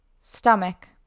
Stomach